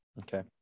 Okay